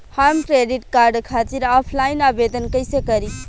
हम credit card खातिर offline आवेदन कइसे करि?